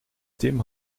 tim